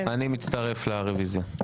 אני מצטרף לרוויזיה.